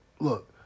look